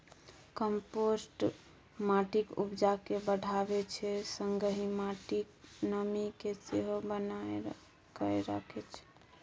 compost माटिक उपजा केँ बढ़ाबै छै संगहि माटिक नमी केँ सेहो बनाए कए राखै छै